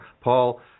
Paul